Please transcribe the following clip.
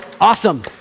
awesome